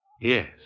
Yes